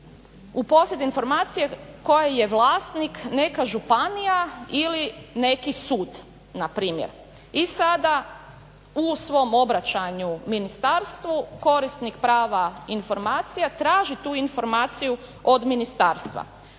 posjed informacije koja je vlasnik neka županija ili neki sud npr. i sad u svom obraćanju ministarstvu korisnik prava informacija traži tu informaciju od ministarstva.